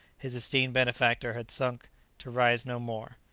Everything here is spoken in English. his esteemed benefactor, had sunk to rise no more.